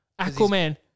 Aquaman